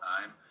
time